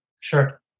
Sure